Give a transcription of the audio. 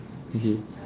okay